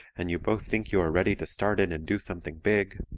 and you both think you are ready to start in and do something big.